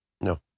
No